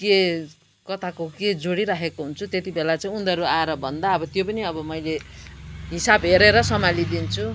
के कताको के जोडि राखेको हुन्छु त्यती बेला चाहिँ उनीहरू आएर भन्दा अब त्यो पनि अब मैले हिसाब हेरेर सम्हालिदिन्छु